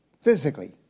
Physically